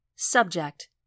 Subject